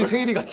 eating